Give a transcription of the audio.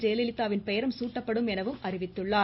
ஜெயலலிதாவின் பெயரும் சூட்டப்படும் எனவும் அறிவித்துள்ளார்